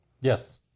Yes